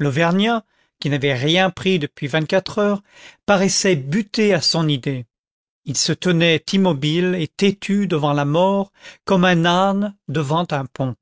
l'auvergnat qui n'avait rien pris depuis vingt-quatre heures paraissait buté à son idée il se tenait immobile et têtu devant la mort comme un âne devant un pont